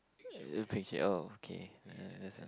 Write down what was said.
peach oh okay that's one